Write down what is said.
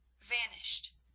vanished